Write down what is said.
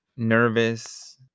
nervous